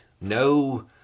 No